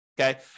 okay